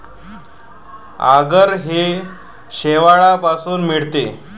आगर हे शेवाळापासून मिळते